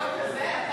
ביום כזה?